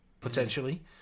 potentially